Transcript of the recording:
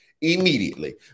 immediately